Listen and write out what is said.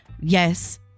Yes